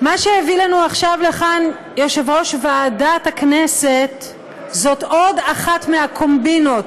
מה שהביא לנו עכשיו לכאן יושב-ראש ועדת הכנסת זה עוד אחת מהקומבינות.